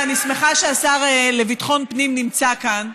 ואני שמחה שהשר לביטחון פנים נמצא כאן,